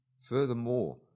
furthermore